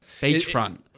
beachfront